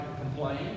complain